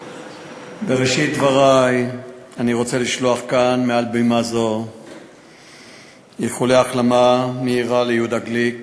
בראשית דברי אני רוצה לשלוח מעל במה זו איחולי החלמה מהירה ליהודה גליק